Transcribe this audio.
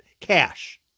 Cash